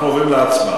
אנחנו עוברים להצבעה.